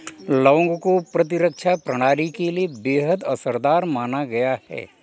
लौंग को प्रतिरक्षा प्रणाली के लिए बेहद असरदार माना गया है